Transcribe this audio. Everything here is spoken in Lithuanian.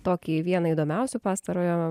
tokį vieną įdomiausių pastarojo